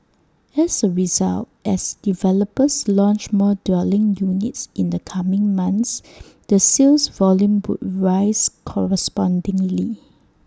as A result as developers launch more dwelling units in the coming months the sales volume would rise correspondingly